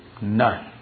none